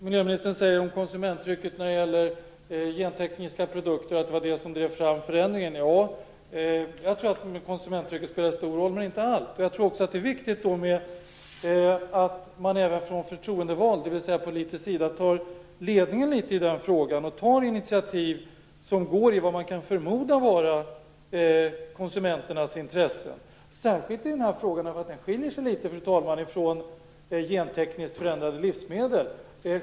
Miljöministern säger att konsumenttrycket i fråga om gentekniska produkter drev fram förändringen. Jag tror att konsumenttrycket spelar en stor roll, men är inte allt. Det är viktigt att även från förtroendevald sida, dvs. politisk sida, ta ledningen i frågan och ta initiativ i vad man kan förmoda vara konsumenternas intressen. Detta gäller särskilt denna fråga, eftersom den skiljer sig litet från vad som gäller gentekniskt förändrade livsmedel.